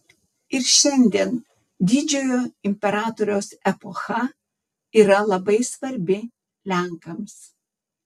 ir šiandien didžiojo imperatoriaus epocha yra labai svarbi lenkams